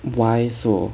why so